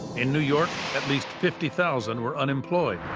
in new york, at least fifty thousand were unemployed,